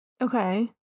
Okay